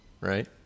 right